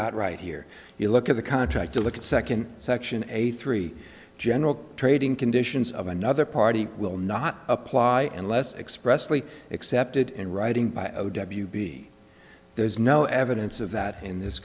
got right here you look at the contract to look at second section a three general trading conditions of another party will not apply and less expressly excepted in writing by o w b there is no evidence of that in this